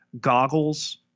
goggles